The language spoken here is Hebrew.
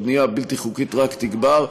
הבנייה הבלתי-חוקית רק תגבר,